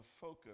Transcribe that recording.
focus